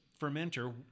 fermenter